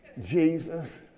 Jesus